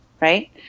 right